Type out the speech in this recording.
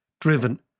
driven